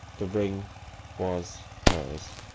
the ring was hers.